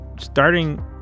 starting